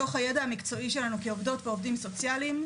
מתוך הידע המקצועי שלנו כעובדות ועובדים סוציאליים,